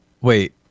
Wait